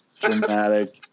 dramatic